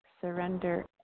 Surrender